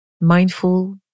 mindful